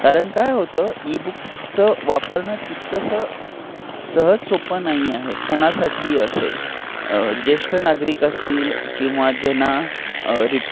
कारण काय होतं ईबुकचं वापरणं तितकंसं सहज सोप्पं नाही आहे कोणासाठी असेल जेष्ठ नागरिक असतील किंवा ज्यांना रिट